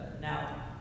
Now